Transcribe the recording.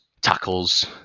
tackles